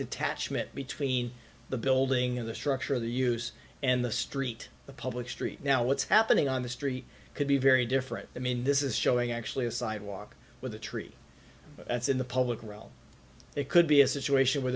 detachment between the building and the structure of the use and the street the public street now what's happening on the street could be very different i mean this is showing actually a sidewalk with a tree that's in the public realm it could be a situation where